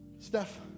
Steph